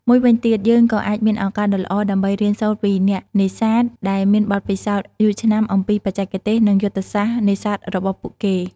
មួយវិញទៀត យើងក៏អាចមានឱកាសដ៏ល្អដើម្បី រៀនសូត្រពីអ្នកនេសាទ ដែលមានបទពិសោធន៍យូរឆ្នាំអំពីបច្ចេកទេសនិងយុទ្ធសាស្ត្រនេសាទរបស់ពួកគេ។